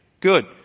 Good